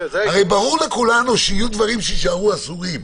הרי ברור שיישארו דברים אסורים,